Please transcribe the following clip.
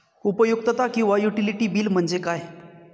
उपयुक्तता किंवा utility bill म्हणजे काय?